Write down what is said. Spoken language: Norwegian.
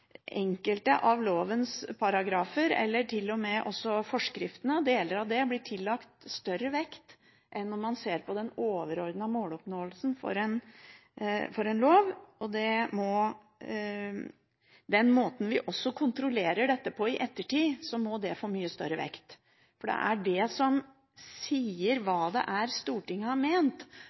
også forskriftene, og deler av dette blir tillagt større vekt enn når man ser på den overordnede måloppnåelsen for en lov. Når det gjelder den måten vi også kontrollerer dette på i ettertid, må dette bli tillagt mye større vekt, for det er det som sier hva det er Stortinget har